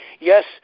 yes